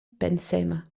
pensema